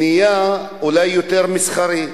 נהיה יותר מסחרי.